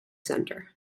center